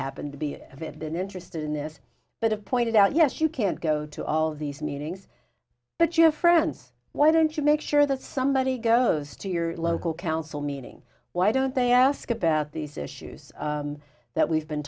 bit been interested in this but have pointed out yes you can't go to all these meetings but you have friends why don't you make sure that somebody goes to your local council meeting why don't they ask about these issues that we've been